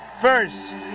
first